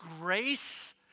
grace